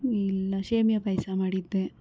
ಇಲ್ಲ ಶೇವಿಯ ಪಾಯಸ ಮಾಡಿದ್ದೆ